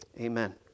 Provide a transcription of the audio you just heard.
Amen